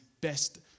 best